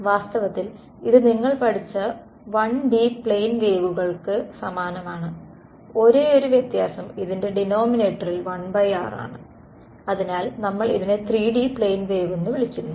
വാസ്തവത്തിൽ ഇത് നിങ്ങൾ പഠിച്ച 1D പ്ലെയിൻ വേവുകൾക്ക് സമാനമാണ് ഒരേയൊരു വ്യത്യാസം ഇതിൻ്റെ ഡിനോമിനേറ്ററിൽ 1r ആണ് അതിനാൽ നമ്മൾ ഇതിനെ 3D പ്ലെയിൻ വേവെന്ന് വിളിക്കുന്നു